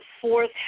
fourth